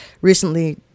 Recently